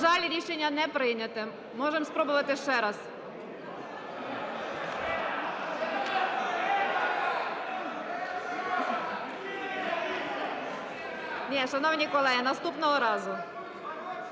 На жаль, рішення не прийнято. Можемо спробувати ще раз. (Шум в залі) Ні, шановні колеги, наступного разу.